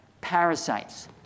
Parasites